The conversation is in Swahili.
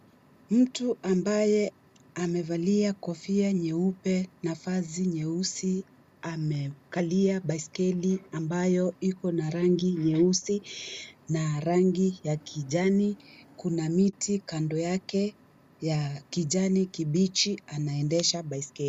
Mtu ambaye amevalia kofia nyeupe na vazi nyeusi, amekalia baiskeli ambayo ikona rangi nyeusi na rangi ya kijani. Kuna miti kando yake ya kijani kibichi . Anaendesha baiskeli .